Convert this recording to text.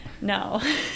No